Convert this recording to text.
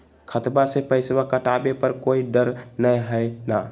खतबा से पैसबा कटाबे पर कोइ डर नय हय ना?